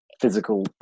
physical